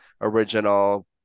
original